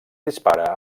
dispara